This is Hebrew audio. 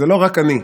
זה לא רק אני.